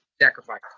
sacrifice